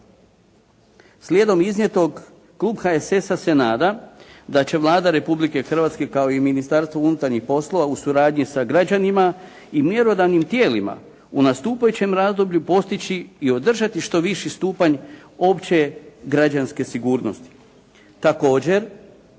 Slijedom iznijetog Klub HSS-a se nada da će Vlada Republike Hrvatske kao i Ministarstvo unutarnjih poslova u suradnji sa građanima i mjerodavnim tijelima u nastupajućem razdoblju postići i održati što viši stupanj opće građanske sigurnosti.